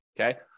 okay